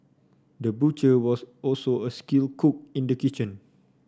the butcher was also a skilled cook in the kitchen